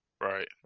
Right